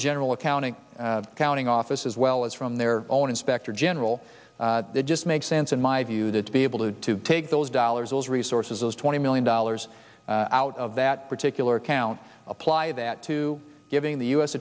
the general accounting counting office as well as from their own inspector general it just makes sense in my view that to be able to take those dollars those resources those twenty million dollars out of that particular account apply that to giving the u s